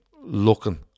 looking